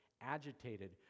agitated